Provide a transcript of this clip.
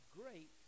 great